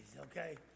okay